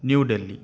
New Delhi